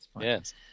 Yes